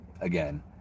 again